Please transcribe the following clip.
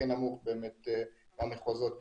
הכי נמוך באמת במחוזות בארץ.